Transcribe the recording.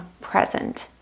present